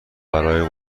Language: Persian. برای